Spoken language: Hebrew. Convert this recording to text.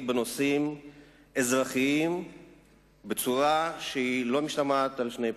בנושאים אזרחיים בצורה שלא משתמעת לשתי פנים.